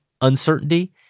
uncertainty